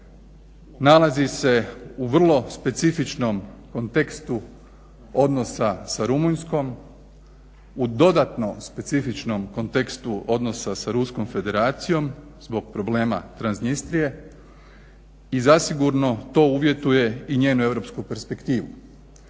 nalazi se u vrlo specifičnom kontekstu odnosa sa Rumunjskom u dodatnom specifično kontekstu odnosa sa Ruskom federacijom zbog problema tranzistrije i zasigurno to uvjetuje i njenu europsku perspektivu.